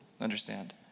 Understand